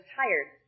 tired